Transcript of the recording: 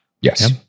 Yes